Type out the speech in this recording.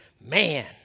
Man